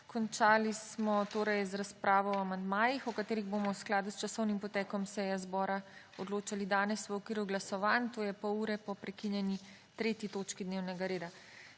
Končali smo torej z razpravo o amandmajih, o katerih bomo v skladu s časovnim potekom seje zbora odločali danes v okviru glasovanj, tj. pol ure po prekinjeni 3. točki dnevnega reda.